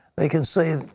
they can say,